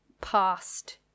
past